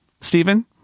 Stephen